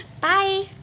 Bye